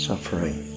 Suffering